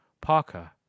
Parker